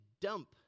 dump